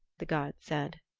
the gods said.